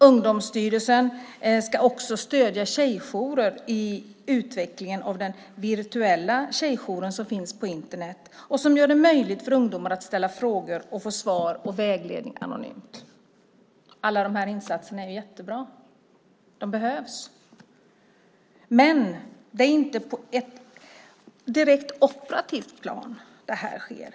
Ungdomsstyrelsen ska också stödja tjejjourer i utvecklingen av den virtuella tjejjour som finns på Internet och som gör det möjligt för ungdomar att ställa frågor och att få svar och vägledning anonymt. Alla de här insatserna är jättebra. De behövs. Men det är inte på ett direkt operativt plan som det här sker.